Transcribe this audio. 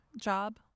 job